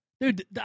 Dude